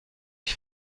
ich